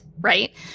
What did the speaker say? right